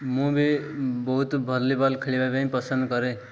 ମୁଁ ବି ବହୁତ ଭଲିବଲ୍ ଖେଳିବା ପାଇଁ ପସନ୍ଦ କରେ